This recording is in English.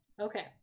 Okay